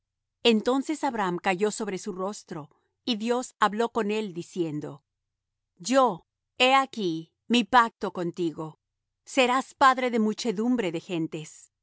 entonces abram cayó sobre su rostro y dios habló con él diciendo yo he aquí mi pacto contigo serás padre de muchedumbre de gentes